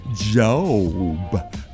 Job